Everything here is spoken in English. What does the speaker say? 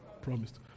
promised